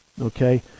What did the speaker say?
Okay